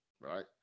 right